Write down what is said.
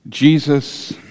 Jesus